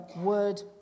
word